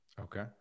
Okay